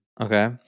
Okay